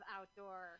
outdoor